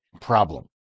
problem